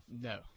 No